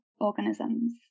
organisms